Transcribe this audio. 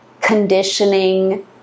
conditioning